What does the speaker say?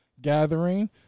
Gathering